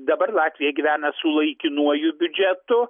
dabar latvija gyvena su laikinuoju biudžetu